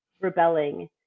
rebelling